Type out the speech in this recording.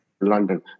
London